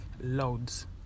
Loads